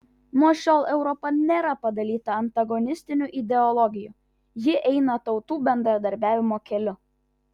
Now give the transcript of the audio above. nuo šiol europa nėra padalyta antagonistinių ideologijų ji eina tautų bendradarbiavimo keliu